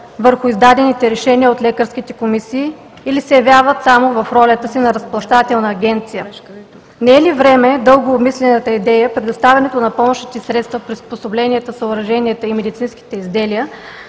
върху издадените решения от лекарските комисии, или се явяват само в ролята си на разплащателна агенция? Не е ли време дълго обмисляната идея предоставянето на помощните средства, приспособленията, съоръженията и медицинските изделия